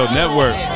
network